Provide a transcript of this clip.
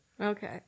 Okay